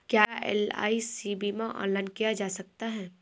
क्या एल.आई.सी बीमा ऑनलाइन किया जा सकता है?